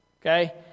okay